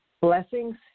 Blessings